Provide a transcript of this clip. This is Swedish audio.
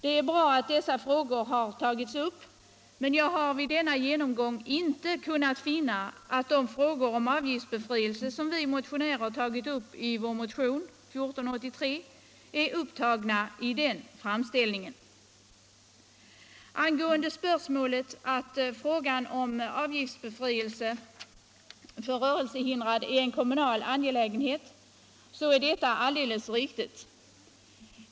Det är bra att dessa frågor har tagits upp, men jag har vid en genomgång inte kunnat se att de frågor om avgiftsbefrielse som vi motionärer berört i motionen 1483 finns med i den framställningen. Att frågan om avgiftsbefrielse för rörelsehindrade är en kommunal angelägenhet är alldeles riktigt.